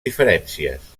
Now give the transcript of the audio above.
diferències